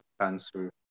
cancer